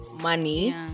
money